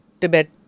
Tibet